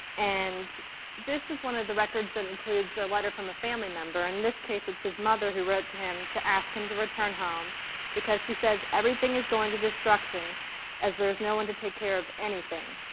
and this is one of the records that includes a letter from a family member. in this case it's his mother who wrote to him to ask him to return home because she says, everything is going to destruction as there is no one to take care of anything.